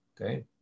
okay